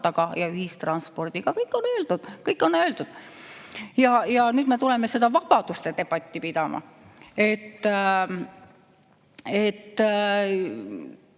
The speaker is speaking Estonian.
ratta ja ühistranspordiga. Kõik on öeldud, kõik on öeldud. Nüüd me tuleme seda vabaduste debatti pidama.